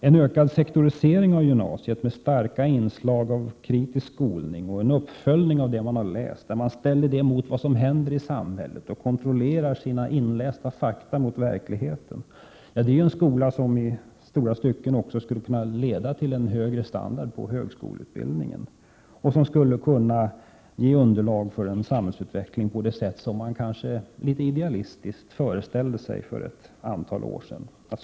En ökad sektorisering av gymnasiet med starka inslag av kritisk skolning och en uppföljning av det som man har läst, när man ställer detta mot vad som händer i samhället och kontrollerar sina inlästa fakta mot verkligheten, är en skola som i mycket skulle kunna leda till en högre standard på högskoleutbildningen. Det skulle kunna bli underlaget för en samhällsutveckling på det sätt som man kanske litet idealistiskt föreställde sig för ett antal år sedan.